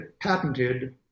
patented